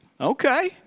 Okay